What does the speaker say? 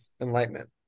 enlightenment